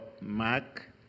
Mark